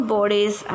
Bodies